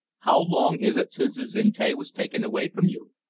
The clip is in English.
how long is it since azinte was taken away from you?